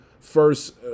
first